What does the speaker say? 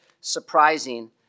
surprising